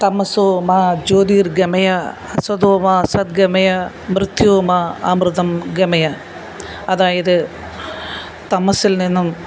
തമസോമാ ജ്യോതിര്ഗമയ അസതോമാ സദ്ഗമയ മൃത്യോർമാ അമൃതം ഗമയ അതായത് തമസ്സില് നിന്നും